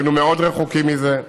היינו מאוד רחוקים מזה,